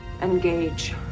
Engage